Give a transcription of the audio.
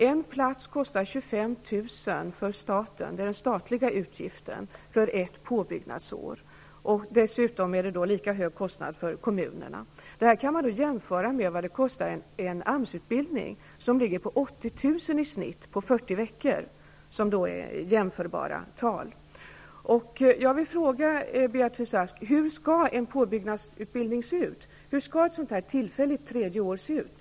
En plats kostar 25 000 för staten -- det är den statliga utgiften för ett påbyggnadsår. Dessutom är det lika hög kostnad för kommunerna. Det kan man jämföra med kostnaden för en AMS utbildning, som ligger på i genomsnitt 80 000 för 40 veckor, som är en jämförbar period. Jag vill fråga Beatrice Ask: Hur skall en påbyggnadsutbildning, ett sådant tillfälligt tredje år, se ut?